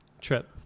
trip